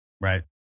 Right